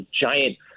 giant